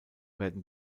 werden